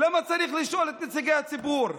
למה צריך לשאול את נציגי הציבור?